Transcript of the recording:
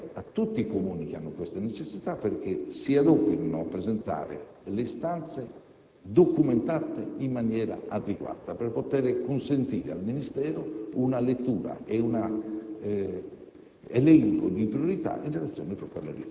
giunge a proposito e consente di dare una risposta a tutti i Comuni che hanno queste necessità, perché si adoperino a presentare istanze documentate in maniera adeguata per poter consentire al Ministero una lettura ed un